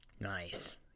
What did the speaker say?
Nice